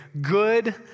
good